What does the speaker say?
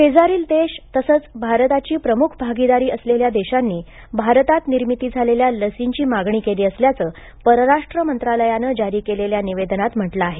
शेजारील देश तसंच भारताची प्रमुख भागीदारी असलेल्या देशांनी भारतात निर्मिती झालेल्या लसींची मागणी केली असल्याचं परराष्ट्र मंत्रालयानं जारी केलेल्या निवेदनांत म्हटलं आहे